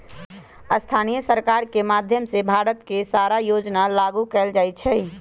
स्थानीय सरकार के माधयम से भारत के सारा योजना लागू कएल जाई छई